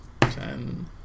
Ten